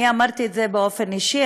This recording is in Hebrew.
אני אמרתי את זה באופן אישי,